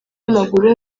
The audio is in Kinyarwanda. w’amaguru